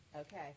Okay